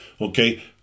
Okay